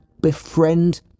befriend